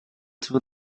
too